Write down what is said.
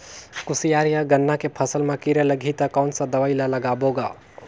कोशियार या गन्ना के फसल मा कीरा लगही ता कौन सा दवाई ला लगाबो गा?